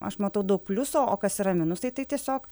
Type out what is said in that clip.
aš matau daug pliusų o kas yra minusai tai tiesiog